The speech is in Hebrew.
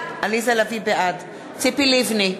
בעד ציפי לבני,